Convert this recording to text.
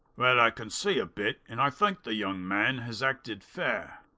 well, i can see a bit and i think the young man has acted fair.